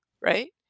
right